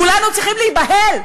כולנו צריכים להיבהל,